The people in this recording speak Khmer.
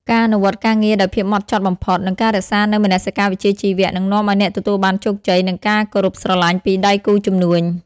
ការអនុវត្តការងារដោយភាពហ្មត់ចត់បំផុត និងការរក្សានូវមនសិការវិជ្ជាជីវៈ នឹងនាំឱ្យអ្នកទទួលបានជោគជ័យ និងការគោរពស្រឡាញ់ពីដៃគូជំនួញ។